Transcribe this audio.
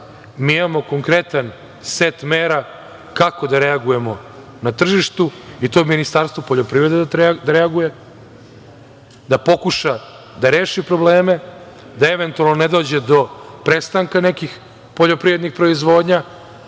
mi imamo konkretan set mera kako da reagujemo na tržištu i to Ministarstvo poljoprivrede, da pokuša da reši probleme, da eventualno ne dođe do prestanka nekih poljoprivrednih proizvodnja